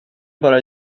bara